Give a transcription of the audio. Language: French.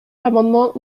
l’amendement